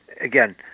again